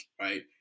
right